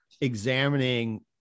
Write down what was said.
examining